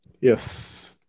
yes